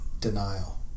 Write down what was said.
denial